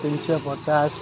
ତିନିଶହ ପଚାଶ